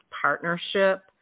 partnership